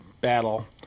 battle